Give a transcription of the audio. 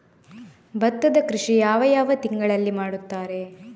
ಭತ್ತದ ಕೃಷಿ ಯಾವ ಯಾವ ತಿಂಗಳಿನಲ್ಲಿ ಮಾಡುತ್ತಾರೆ?